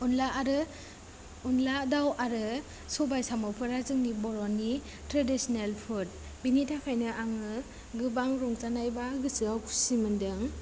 अनला आरो अनला दाव आरो सबाय साम'फोरा जोंनि बर'नि ट्रेडिसनेल फुड बिनि थाखायनो आङो गोबां रंजानाय बा गोसोआव खुसि मोनदों